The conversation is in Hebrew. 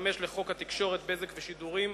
35 לחוק התקשורת (בזק ושידורים),